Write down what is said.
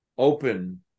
Open